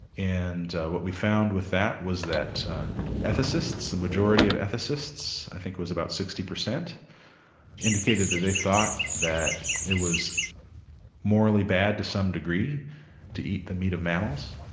and what we found with that was that ethicists, the majority of ethicists i think was about sixty percent indicated that they thought that it was morally bad to some degree to eat the meat of mammals,